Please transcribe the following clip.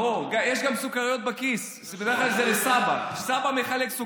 יבגני, הסבא משלם כל הזמן, איך זה "אין אחריות"?